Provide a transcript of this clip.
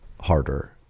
harder